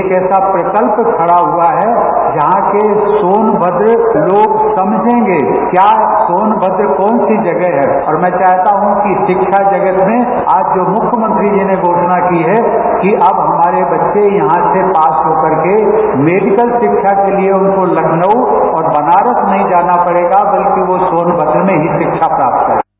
एक ऐसा प्रकल्प खड़ा हुआ है जहां के सोनमद्र लोग समझेंगे क्या सोनमद्र कौन सी जगह है और मैं चाहता हूं कि शिक्षा जगत में आज जो मुख्यमंत्री जी ने घोषणा की है कि अब हमारे बच्चे यहां से पास होकर के मेडिकल शिक्षा के लिए उनको लखनऊ और बनारस नहीं जाना पडेगा बल्कि वो सोनमद्र में ही शिक्षा प्राप्त करेंगे